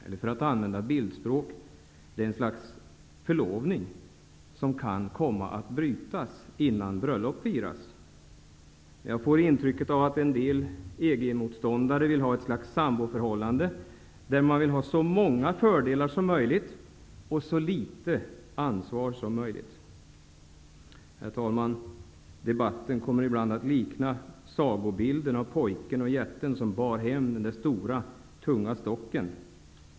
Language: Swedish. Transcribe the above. Man kan använda bildspråk och tala om ett slags förlovning som kan komma att brytas innan bröllop firas. Jag får intrycket av att en del EG-motståndare vill ha ett slags samboförhållande där man vill ha så många fördelar och så litet ansvar som möjligt. Herr talman! Debatten liknar ibland sagan om pojken och jätten som bar hem en stor tung stock.